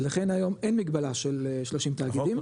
ולכן היום אין מגבלה של 30 תאגידים.